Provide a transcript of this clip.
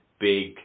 big